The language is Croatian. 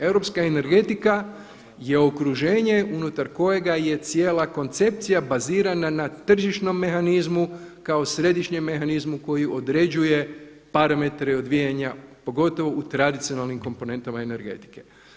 Europska energetika je okruženje unutar kojega je cijela koncepcija bazirana na tržišnom mehanizmu kao središnjem mehanizmu koji određuje parametre odvijanja pogotovo u tradicionalnim komponentama energetike.